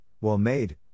well-made